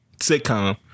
sitcom